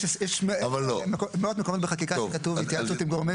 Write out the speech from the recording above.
יש מאות מקומות בחקיקה שכתוב התייעצות עם גורמים.